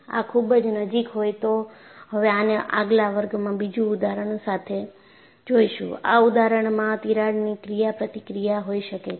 આ ખૂબ જ નજીક હોય તો હવે આને આગલા વર્ગમાં બીજું ઉદાહરણ સાથે જોઈશું આ ઉદાહરણમાં તિરાડની ક્રિયા પ્રતિક્રિયા હોઈ શકે છે